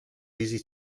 easy